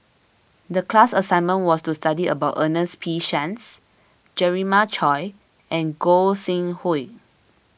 the class assignment was to study about Ernest P Shanks Jeremiah Choy and Gog Sing Hooi